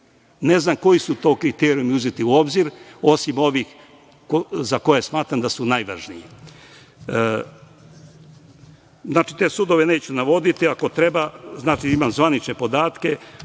Ne znam koji su to kriterijumi uzeti u obzir, osim ovih za koje smatram da su najvažniji. Znači, te sudove neću navoditi, ako treba imam zvanične podatke